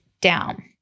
down